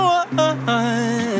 one